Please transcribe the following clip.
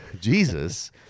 Jesus